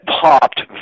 popped